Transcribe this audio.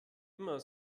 immer